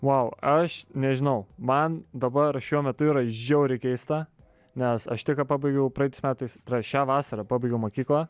vau aš nežinau man dabar šiuo metu yra žiauriai keista nes aš tik ką pabaigiau praeitais metais šią vasarą pabaigiau mokyklą